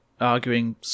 arguing